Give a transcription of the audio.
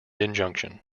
injunction